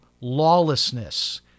lawlessness